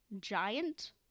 giant